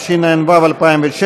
בעד, 36,